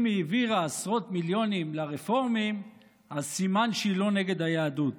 אם היא העבירה עשרות מיליונים לרפורמים אז סימן שהיא לא נגד היהדות.